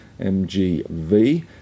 MGV